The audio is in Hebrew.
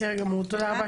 בסדר, תודה רבה.